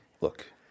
Look